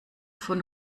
von